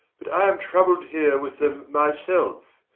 but i am troubled heere with them my selfe,